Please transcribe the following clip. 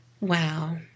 Wow